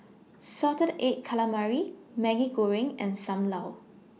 Salted Egg Calamari Maggi Goreng and SAM Lau